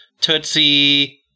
Tootsie